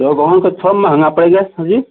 सोगौन के थोड़ा महँगा पड़ेगा सर जी